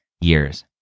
years